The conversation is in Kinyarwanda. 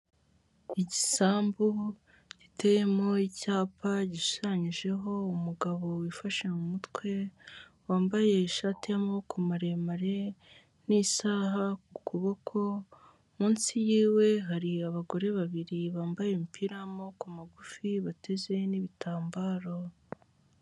Igisambu giteyemo icyapa gishushanyijeho umugabo wifashe mu mutwe wambaye ishati y'amaboko maremare, n'isaha ku kuboko munsi yiwe hari abagore babiri bambaye umupira wa maboko magufi bateze n'ibitambaro.